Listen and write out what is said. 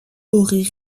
auraient